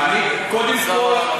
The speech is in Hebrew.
קודם כול,